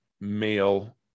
male